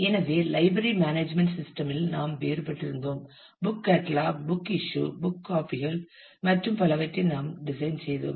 எனவே library management system இல் நாம் வேறுபட்டிருந்தோம் book catalogue book issue book காப்பிகள் மற்றும் பலவற்றை நாம் டிசைன் செய்தோம்